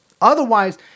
Otherwise